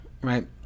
right